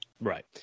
Right